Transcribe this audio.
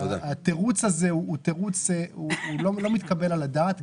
התירוץ הזה לא מתקבל על הדעת,